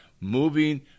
moving